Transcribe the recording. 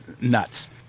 nuts